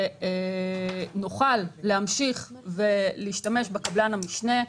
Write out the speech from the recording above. ושנוכל להמשיך להשתמש בקבלן המשנה,